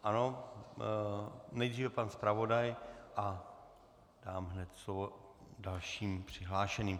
Ano, nejdříve pan zpravodaj a dám hned slovo dalším přihlášeným.